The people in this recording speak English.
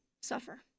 suffer